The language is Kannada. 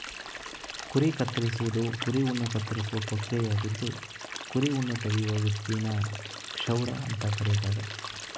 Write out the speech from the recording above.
ಕುರಿ ಕತ್ತರಿಸುವುದು ಕುರಿ ಉಣ್ಣೆ ಕತ್ತರಿಸುವ ಪ್ರಕ್ರಿಯೆಯಾಗಿದ್ದು ಕುರಿ ಉಣ್ಣೆ ತೆಗೆಯುವ ವ್ಯಕ್ತಿನ ಕ್ಷೌರ ಅಂತ ಕರೀತಾರೆ